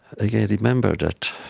again, remember that